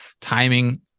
timing